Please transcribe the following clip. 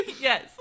Yes